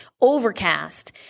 Overcast